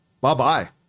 bye-bye